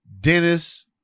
Dennis